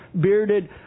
bearded